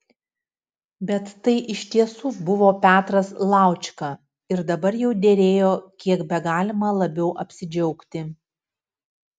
bet tai iš tiesų buvo petras laučka ir dabar jau derėjo kiek begalima labiau apsidžiaugti